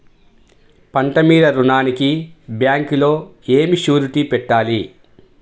పంట మీద రుణానికి బ్యాంకులో ఏమి షూరిటీ పెట్టాలి?